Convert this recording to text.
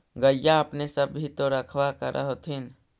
गईया अपने सब भी तो रखबा कर होत्थिन?